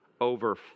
over